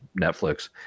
Netflix